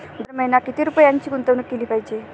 दर महिना किती रुपयांची गुंतवणूक केली पाहिजे?